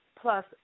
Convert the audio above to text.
plus